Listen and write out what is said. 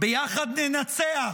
"ביחד ננצח",